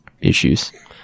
issues